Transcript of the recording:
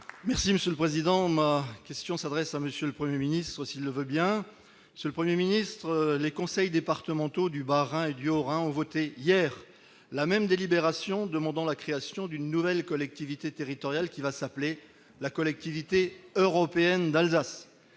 Les Républicains. Ma question s'adresse à M. le Premier ministre, s'il veut bien me répondre. Monsieur le Premier ministre, les conseils départementaux du Bas-Rhin et du Haut-Rhin ont voté hier la même délibération, demandant la création d'une nouvelle collectivité territoriale : la « collectivité européenne d'Alsace